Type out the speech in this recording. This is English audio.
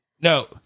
No